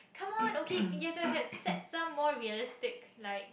come on okay you've to had set some more realistic like